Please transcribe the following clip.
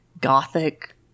Gothic